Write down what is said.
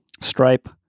Stripe